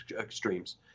extremes